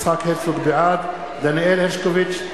בעד דניאל הרשקוביץ,